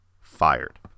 fired